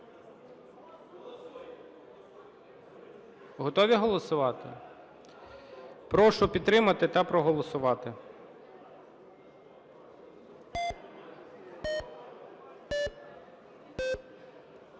Готові голосувати? Прошу підтримати та проголосувати.